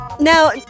Now